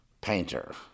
painter